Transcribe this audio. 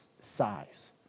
size